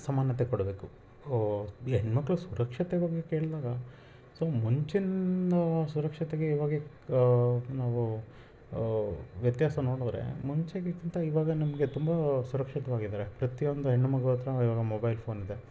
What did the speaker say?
ಸಮಾನತೆ ಕೊಡಬೇಕು ಬ್ ಈ ಹೆಣ್ಮಕ್ಳ ಸುರಕ್ಷತೆ ಬಗ್ಗೆ ಕೇಳಿದಾಗ ಸೊ ಮುಂಚಿಂದು ಸುರಕ್ಷತೆಗೆ ಇವಾಗ ನಾವು ವ್ಯತ್ಯಾಸ ನೋಡಿದ್ರೆ ಮುಂಚೆಗಿಂತ ಇವಾಗ ನಮಗೆ ತುಂಬ ಸುರಕ್ಷಿತವಾಗಿ ಇದ್ದಾರೆ ಪ್ರತಿಯೊಂದು ಹೆಣ್ಣು ಮಗು ಹತ್ತಿರ ಇವಾಗ ಮೊಬೈಲ್ ಫೋನ್ ಇದೆ